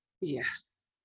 Yes